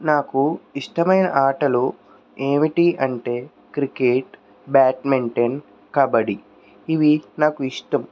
నాకు ఇష్టమైన ఆటలు ఏమిటి అంటే క్రికెట్ బ్యాట్మింటన్ కబడ్డీ ఇవి నాకు ఇష్టం